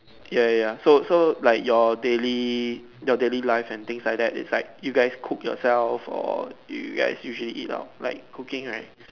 ya ya ya so so like your daily your daily life and things like that it's like you guys cook yourselves or you guys usually eat out like cooking right